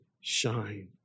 shine